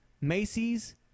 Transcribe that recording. Macy's